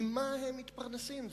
ממה הם מתפרנסים?